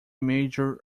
major